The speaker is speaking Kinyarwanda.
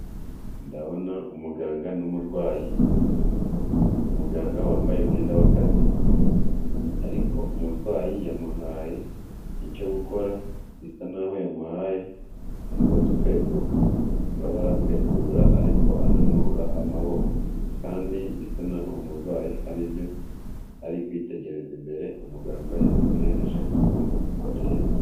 Ndabona umuganga n'umurwayi ,umuganga wambaye umwenda w'akazi ariko umurwayi yamuhaye icyo gukora bisa naho yamuhaye umugozi ukweduka gaba arakwedora ariko ananura amaboko kandi bisa naho umurwayi haribyo ari kwitegereza imbere umuganga yamuhereje agomba kureba.